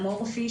אמורפי,